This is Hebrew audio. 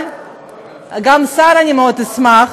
גם השר, אני מאוד אשמח,